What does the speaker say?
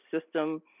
system